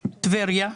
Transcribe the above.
טבריה,